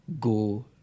go